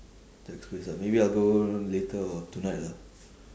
jack's place ah maybe I'll go later or tonight ah